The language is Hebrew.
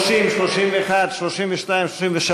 31, 32, 33?